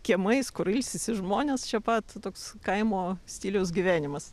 kiemais kur ilsisi žmonės čia pat toks kaimo stiliaus gyvenimas